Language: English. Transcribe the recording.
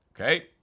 Okay